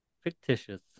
fictitious